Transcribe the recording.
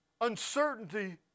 Uncertainty